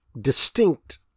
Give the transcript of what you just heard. distinct